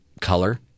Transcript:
color